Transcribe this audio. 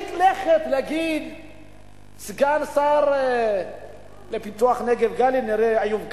והרחיק לכת סגן השר לפיתוח הנגב והגליל איוב קרא.